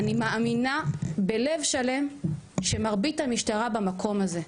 אני מאמינה בלב שלם שמרבית המשטרה במקום הזה.